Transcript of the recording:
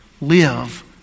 live